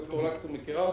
ד"ר לקסר מכירה אותנו,